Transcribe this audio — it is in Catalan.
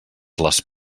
les